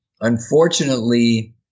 Unfortunately